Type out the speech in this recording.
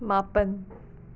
ꯃꯥꯄꯟ